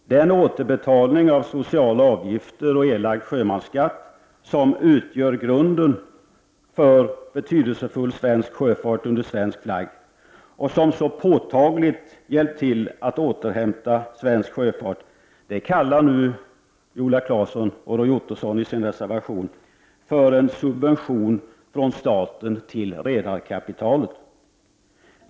Den återbetalning av sociala avgifter och erlagd sjömansskatt som utgör grunden för betydelsefull svensk sjöfart under svensk flagg och som så påtagligt hjälpt svensk sjöfart att återhämta sig, den kallar Viola Claesson och Roy Ottosson i sin reservation för en subvention från staten till redarkapitalet.